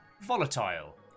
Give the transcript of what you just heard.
volatile